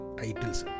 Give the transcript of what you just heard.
titles